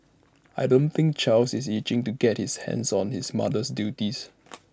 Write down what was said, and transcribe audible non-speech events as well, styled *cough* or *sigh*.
I don't think Charles is itching to get his hands on his mother's duties *noise*